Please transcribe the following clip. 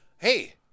Hey